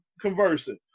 conversing